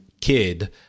kid